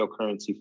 cryptocurrency